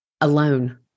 alone